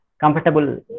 comfortable